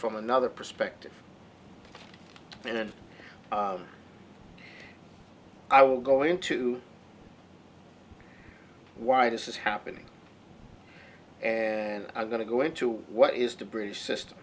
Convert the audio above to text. from another perspective and it i will go into why this is happening and i'm going to go into what is the british system